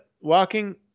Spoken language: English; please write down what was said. walking